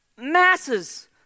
masses